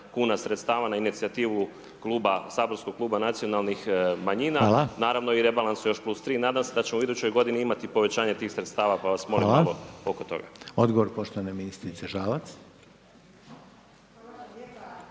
kuna sredstava na inicijativu Kluba, saborskog Kluba nacionalnih manjina, naravno rebalansu još plus 3, nadam se da ćemo u idućoj godini imati povećanje tih sredstava, pa vas molim evo oko toga. **Reiner, Željko